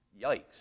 Yikes